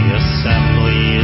assembly